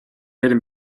hidden